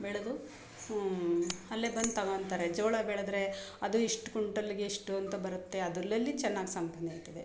ಬೆಳೆದು ಅಲ್ಲೆ ಬಂದು ತಗೋತಾರೆ ಜೋಳ ಬೆಳೆದರೆ ಅದು ಇಷ್ಟು ಕ್ವಿಂಟಲ್ಲಿಗೆ ಇಷ್ಟು ಅಂತ ಬರುತ್ತೆ ಅದರಲಲ್ಲಿ ಚೆನ್ನಾಗಿ ಸಂಪಾದನೆಯಾಗ್ತದೆ